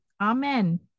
Amen